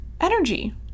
energy